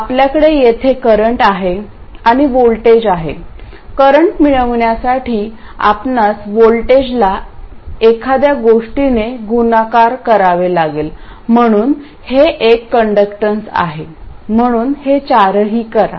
आपल्याकडे येथे करंट आहे आणि व्होल्टेज आहे करंट मिळविण्यासाठी आपणास व्होल्टेजला एखाद्या गोष्टीने गुणाकार करावे लागेल म्हणून हे एक कण्डक्टॅन्स आहे म्हणून हे चारही करा